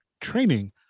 training